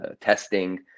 testing